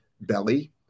belly